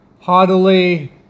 haughtily